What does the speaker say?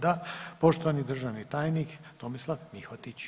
Da, poštovani državni tajnik Tomislav Mihotić.